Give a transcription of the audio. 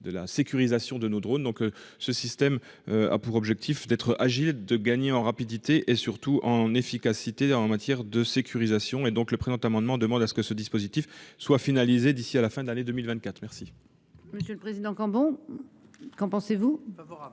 de la sécurisation de nos drônes. Donc, ce système a pour objectif d'être Agile et de gagner en rapidité et surtout en efficacité en matière de sécurisation et donc le présent amendement demande à ce que ce dispositif soit finalisé d'ici à la fin de l'année 2024. Merci. Monsieur le Président quand bon. Qu'en pensez-vous. Favorable,